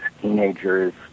teenagers